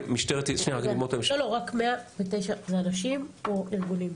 משטרת ישראל --- 109 זה אנשים או ארגונים?